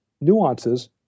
nuances